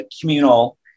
communal